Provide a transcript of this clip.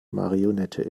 marionette